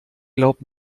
glaubt